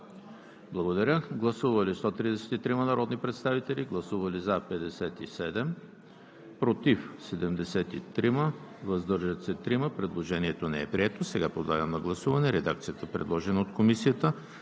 Гласували 133 народни представители: за 57, против 73, въздържали се 3. Предложението не е прието. Сега подлагам на гласуване редакцията, предложена от Комисията